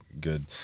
good